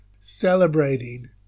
celebrating